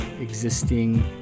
existing